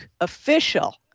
official